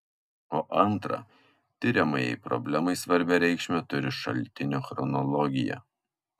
o antra tiriamajai problemai svarbią reikšmę turi šaltinio chronologija